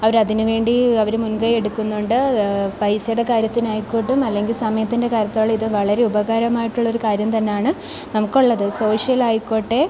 അവർ അതിന് വേണ്ടി അവർ മുന്കൈ എടുക്കുന്നുണ്ട് പൈസയുടെ കാര്യത്തിനായിക്കോട്ടും അല്ലെങ്കില് സമയത്തിന്റെ കാര്യത്തോളം ഇത് വളരെ ഉപകാരമായിട്ടുള്ള ഒരു കാര്യം തന്നെയാണ് നമ്മൾക്കുള്ളത് സോഷ്യലായിക്കോട്ടെ